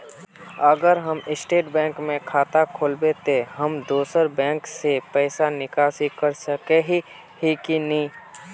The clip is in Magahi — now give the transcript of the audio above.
अगर हम स्टेट बैंक में खाता खोलबे तो हम दोसर बैंक से पैसा निकासी कर सके ही की नहीं?